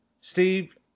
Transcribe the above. Steve